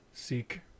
Seek